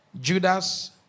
Judas